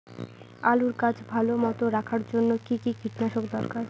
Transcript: আলুর গাছ ভালো মতো রাখার জন্য কী কী কীটনাশক দরকার?